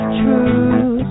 truth